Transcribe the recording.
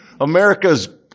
americas